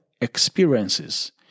experiences